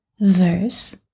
verse